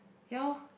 ya lor